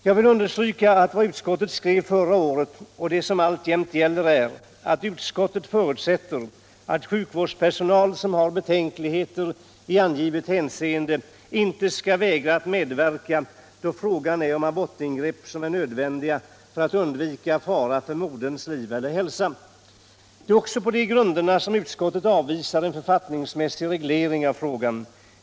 Jag vill understryka att vad utskottet skrev förra året och som alltjämt gäller är att sjukvårdspersonal som har betänkligheter i angivet hänseende inte skall vägra medverka då det är fråga om abortingrepp som är nöd vändiga för att undvika fara för moderns liv eller hälsa. Det är också på de grunderna som utskottet avvisar en författningsmässig reglering av frågan.